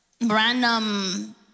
random